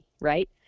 right